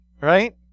Right